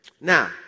Now